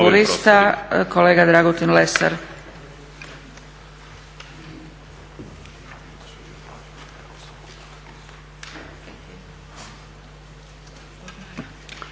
kolega Dragutin Lesar.